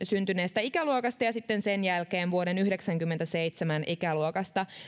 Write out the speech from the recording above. syntyneestä ikäluokasta ja sitten sen jälkeen vuoden yhdeksänkymmentäseitsemän ikäluokasta